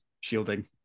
shielding